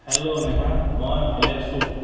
hello Neha মই ভালে আছোঁ